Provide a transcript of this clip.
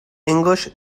english